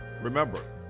Remember